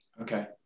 okay